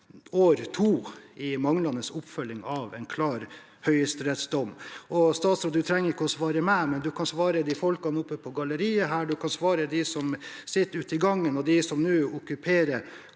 året av manglende oppfølging av en klar høyesterettsdom. Statsråd, du trenger ikke å svare meg, men du kan svare folkene oppe på galleriet. Du kan svare dem som sitter ute i gangen, og dem som nå okkuperer